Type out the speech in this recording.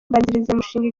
imbanzirizamushinga